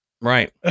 Right